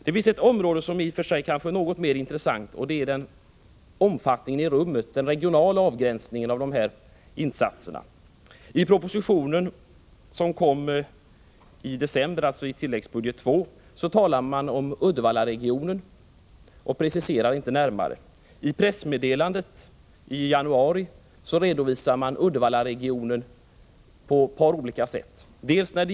Det finns ett område som kanske i och för sig är något mer intressant, nämligen omfattningen i rummet, dvs. den regionala avgränsningen av insatserna. I propositionen i december, alltså i tilläggsbudget II, talas det om Uddevallaregionen utan närmare preciseringar. I pressmeddelandet i januari redovisades Uddevallaregionen på ett par olika sätt.